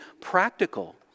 practical